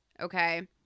Okay